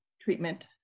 treatment